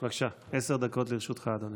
בבקשה, עשר דקות לרשותך, אדוני.